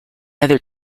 other